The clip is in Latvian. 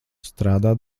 strādā